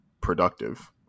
productive